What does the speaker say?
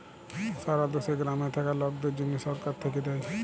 সারা দ্যাশে গ্রামে থাক্যা লকদের জনহ সরকার থাক্যে দেয়